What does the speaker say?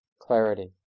clarity